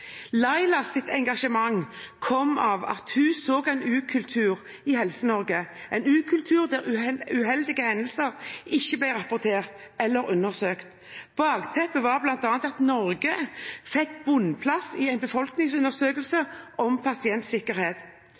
Laila Dåvøys engasjement kom av at hun så en ukultur i Helse- Norge, en ukultur der uheldige hendelser ikke ble rapportert eller undersøkt. Bakteppet var bl.a. at Norge fikk bunnplass i en befolkningsundersøkelse om pasientsikkerhet.